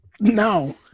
No